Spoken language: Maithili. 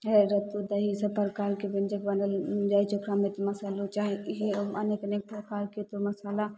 दही सब प्रकारके व्यञ्जन बनैल जाइ छै ओकरामे मसल्लो चाही इएह अनेक अनेक प्रकारके तऽ मसाला